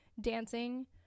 dancing